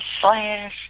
slash